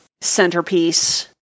centerpiece